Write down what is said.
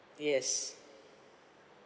yes